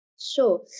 Sure